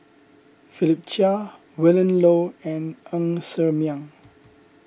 Philip Chia Willin Low and Ng Ser Miang